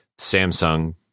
samsung